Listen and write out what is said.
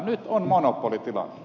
nyt on monopolitilanne